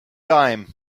dime